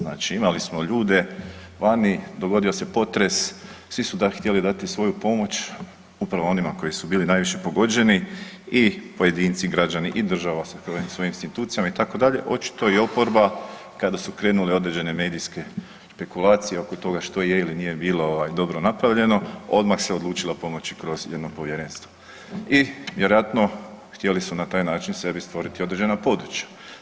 Znači imali smo ljude vani, dogodio se potres svi su tada htjeli dati svoju pomoć upravo onima koji su bili najviše pogođeni i pojedinci, i građani, i država sa … svojim institucijama itd. očito je oporba kada su krenule određene medijske spekulacije oko toga što je ili nije bilo dobro napravljeno odmah se odlučilo pomoći kroz jedno povjerenstvo i vjerojatno htjeli su na taj način sebi stvoriti određena područja.